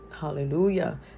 Hallelujah